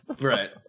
right